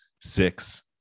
six